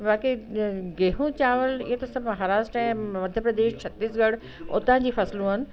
बाक़ी गेहू चावल ईअं त सभ महाराष्ट्र ऐं मध्य प्रदेश छत्तीसगढ़ हुतां जी फ़सुलूं आहिनि